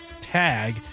tag